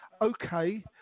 Okay